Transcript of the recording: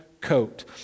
coat